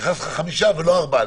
חמישה ולא ארבעה.